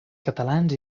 catalans